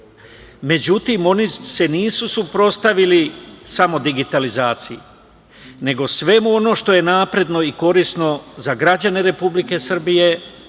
ideja.Međutim, oni se nisu suprotstavili samo digitalizaciji, nego svemu onom što je napredno i korisno, za građane Republike Srbije,